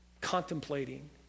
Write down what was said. contemplating